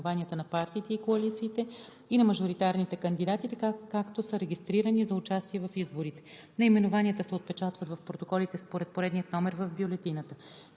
наименованията на партиите и коалициите и на мажоритарните кандидати, така както са регистрирани за участие в изборите. Наименованията се отпечатват в протоколите според поредния номер в бюлетината.